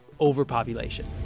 Overpopulation